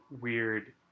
weird